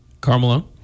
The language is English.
Carmelo